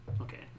Okay